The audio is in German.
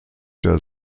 der